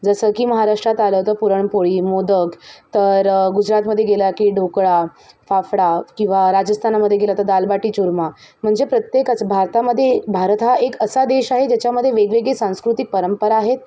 जसं की महाराष्ट्रात आलं तर पुरणपोळी मोदक तर गुजरातमध्ये गेला की ढोकळा फाफडा किंवा राजस्थानामध्ये गेला तर दालबाटी चुरमा म्हणजे प्रत्येकच भारतामध्ये भारत हा एक असा देश आहे ज्याच्यामध्ये वेगवेगळी सांस्कृतिक परंपरा आहेत